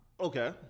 okay